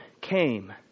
came